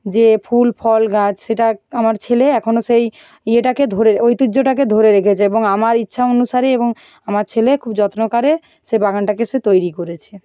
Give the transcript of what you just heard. যে ফুল ফল গাছ সেটা এক আমার ছেলে এখনও সেই ইয়েটাকে ধরে ঐতিহ্যটাকে ধরে রেখেছে এবং আমার ইচ্ছা অনুসারেই এবং আমার ছেলে খুব যত্ন করে সে বাগানটাকে সে তৈরি করেছে